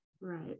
Right